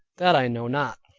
that i know not.